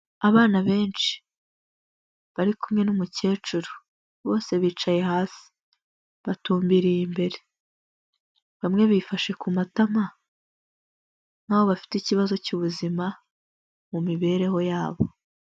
Abana benshi bari kumwe n'umukecuru bose bicaye hasi batumbiriye imbere, bamwe bifashe ku matama nk'aho bafite ikibazo cy'ubuzima mu mibereho yabo.